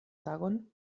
tagon